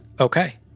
Okay